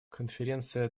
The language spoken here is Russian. конференция